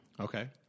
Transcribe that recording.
Okay